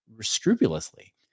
scrupulously